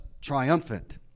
triumphant